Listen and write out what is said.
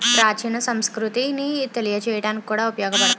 ప్రాచీన సంస్కృతిని తెలియజేయడానికి కూడా ఉపయోగపడతాయి